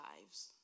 lives